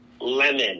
lemon